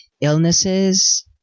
illnesses